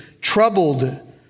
troubled